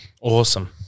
Awesome